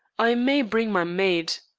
i may bring my maid.